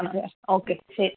okay ശരി